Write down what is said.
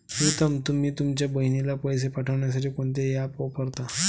प्रीतम तुम्ही तुमच्या बहिणीला पैसे पाठवण्यासाठी कोणते ऍप वापरता?